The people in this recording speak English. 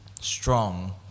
strong